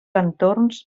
entorns